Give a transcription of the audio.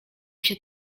się